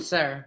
Sir